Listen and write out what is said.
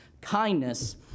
kindness